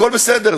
הכול בסדר,